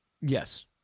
Yes